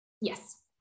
Yes